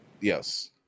Yes